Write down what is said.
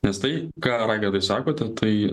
nes tai ką ragedai sakote tai